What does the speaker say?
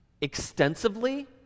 extensively